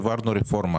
העברנו רפורמה